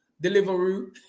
delivery